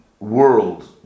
world